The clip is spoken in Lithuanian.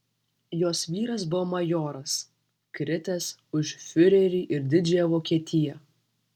jos vyras buvo majoras kritęs už fiurerį ir didžiąją vokietiją